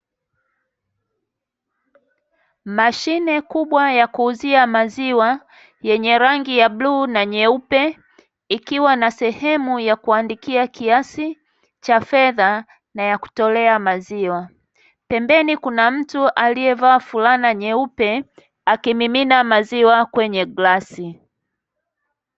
Mashine kubwa ya kuuzia maziwa yenye rangi ya buluu na nyeupe, ikiwa na sehemu ya kuandikia kiasi cha fedha na ya kutolea maziwa, pembeni kuna mtu aliyevaa fulana nyeupe akimimina maziwa kwenye glasi.